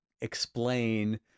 explain